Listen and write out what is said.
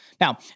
Now